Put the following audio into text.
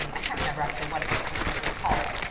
i can't remember actually what it was specifically called.